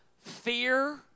fear